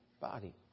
body